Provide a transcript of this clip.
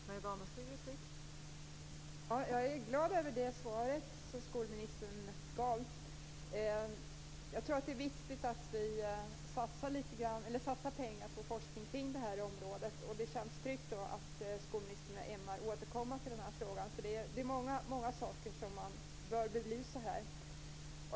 Fru talman! Jag är glad över det svar som skolministern gav. Jag tror att det är viktigt att vi satsar pengar på forskning kring detta område. Det känns tryggt att skolministern ämnar återkomma till denna fråga, för det är många saker man bör belysa.